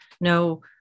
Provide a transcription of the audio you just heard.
no